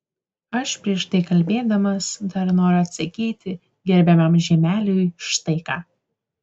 aš prieš tai kalbėdamas dar noriu atsakyti gerbiamam žiemeliui štai ką